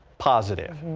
positive.